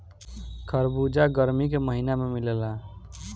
खरबूजा गरमी के महिना में मिलेला